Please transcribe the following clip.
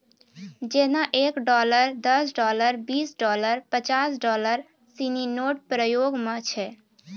जेना एक डॉलर दस डॉलर बीस डॉलर पचास डॉलर सिनी नोट प्रयोग म छै